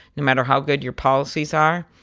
no matter how good your policies are,